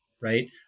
right